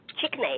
chicken